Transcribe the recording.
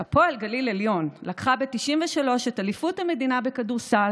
כשהפועל גליל עליון לקחה ב-1993 את אליפות המדינה בכדורסל,